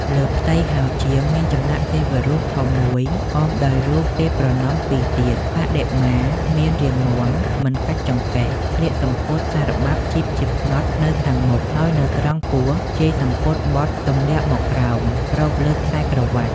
លើផ្ទៃហោជាង មានចម្លាក់ទេវរូបធំមួយអមដោយរូបទេពប្រណម្យពីរទៀត បដិមាមានរាងមាំ មិនកាច់ចង្កេះ ស្លៀកសំពត់សារបាប់ជីបជាផ្នត់ នៅខាងមុខ ហើយនៅត្រង់ពោះ ជាយសំពត់បត់ទម្លាក់មកក្រោម គ្របលើ ខ្សែក្រវាត់។។